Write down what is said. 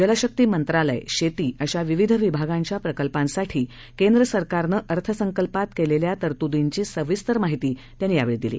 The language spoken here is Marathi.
जलशक्तीमंत्रालय शेतीअशाविविधविभागांच्याप्रकल्पांसाठीकेंद्रसरकारनंअर्थसंकल्पातकेलेल्यातरतुदींचीसविस्तरमाहितीत्यांनीदिली